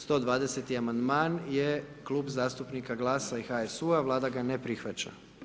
120.-ti Amandman je klub zastupnika Glasa i HSU-a, Vlada ga ne prihvaća.